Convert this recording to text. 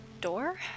Door